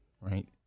right